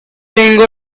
tengo